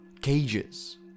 cages